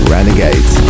Renegade